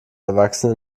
erwachsene